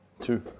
two